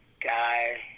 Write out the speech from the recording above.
guy